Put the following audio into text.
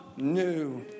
new